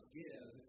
give